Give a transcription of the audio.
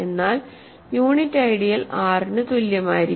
എന്നാൽ unit ideal R ന് തുല്യമായിരിക്കും